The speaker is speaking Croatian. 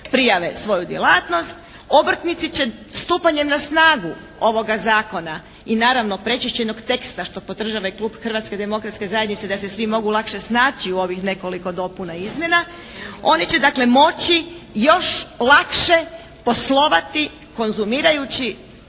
prijave svoju djelatnost, obrtnici će stupanjem na snagu ovoga Zakona i naravno pročišćenog teksta što podržava i klub Hrvatske demokratske zajednice da se svi mogu lakše snaći u ovih nekoliko dopuna izmjena. Oni će dakle moći još lakše poslovati konzumiraju i